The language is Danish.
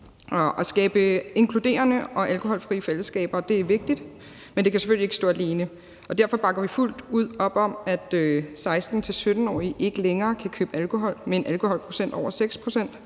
At skabe inkluderende og alkoholfrie fællesskaber er vigtigt, men det kan selvfølgelig ikke stå alene. Derfor bakker vi fuldt ud op om, at 16-17-årige ikke længere kan købe alkohol med en alkoholprocent over 6